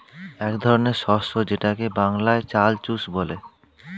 এক ধরনের শস্য যেটাকে বাংলায় চাল চুষ বলে